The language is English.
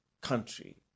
country